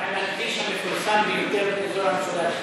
מה עם הכביש המפורסם ביותר באזור המשולש?